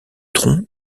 tronc